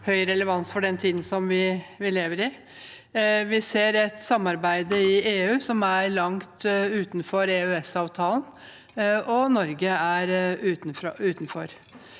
høy relevans for den tiden vi lever i. Vi ser et samarbeid i EU som går langt ut over EØS-avtalen, og Norge er utenfor.